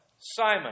Simon